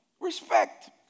Respect